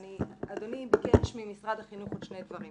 אדוני ביקש ממשרד החינוך עוד שני דברים: